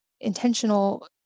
intentional